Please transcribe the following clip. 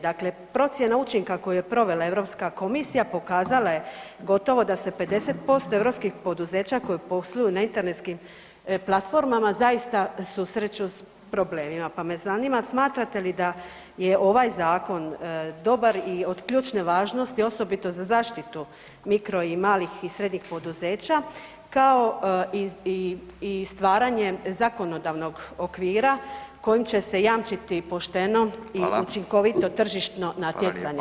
Dakle, procjena učinka koju je provela Europska komisija pokazala je gotovo da se 50% europskih poduzeća koja posluju na internetskim platformama zaista susreću s problemima, pa me zanima smatrate li da je ovaj zakon dobar i od ključne važnosti osobito za zaštitu mikro i malih i srednjih pouzeća, kao i stvaranje zakonodavnog okvira kojim će se jamčiti pošteno [[Upadica: Fala]] i učinkovito tržišno natjecanje.